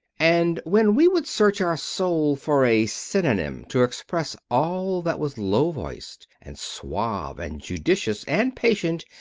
and when we would search our soul for a synonym to express all that was low-voiced, and suave, and judicious, and patient,